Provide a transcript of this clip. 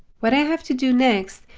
what i have to do next,